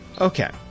Okay